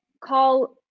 call